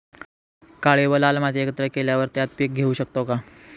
काळी व लाल माती एकत्र केल्यावर त्यात पीक घेऊ शकतो का?